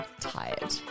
tired